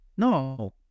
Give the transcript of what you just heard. No